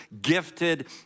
gifted